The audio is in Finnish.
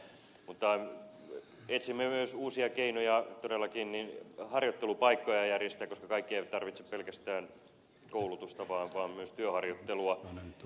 mutta etsimme myös uusia keinoja todellakin harjoittelupaikkoja järjestää koska kaikki eivät tarvitse pelkästään koulutusta vaan tarvitaan myös työharjoittelua